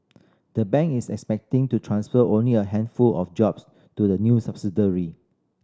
the bank is expecting to transfer only a handful of jobs to the new subsidiary